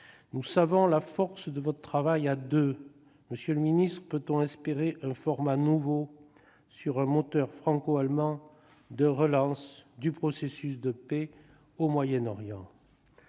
Nous savons la force de votre travail à deux. Peut-on espérer un format nouveau, avec un moteur franco-allemand, de relance du processus de paix au Proche-Orient ?